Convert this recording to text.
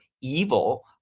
evil